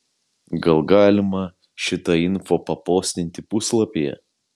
gal galima šitą info papostinti puslapyje